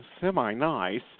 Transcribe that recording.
semi-nice